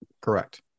Correct